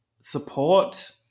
support